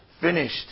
finished